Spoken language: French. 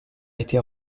été